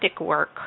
work